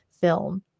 film